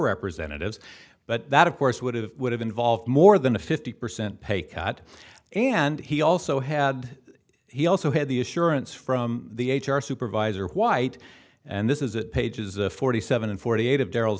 representatives but that of course would have would have involved more than a fifty percent pay cut and he also had he also had the assurance from the h r supervisor white and this is it pages forty seven and forty eight of darryl